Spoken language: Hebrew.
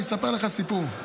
אני אספר לך סיפור,